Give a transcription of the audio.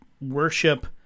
worship